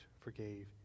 forgave